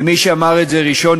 ומי שאמר את זה ראשון,